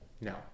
No